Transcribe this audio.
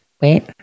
wait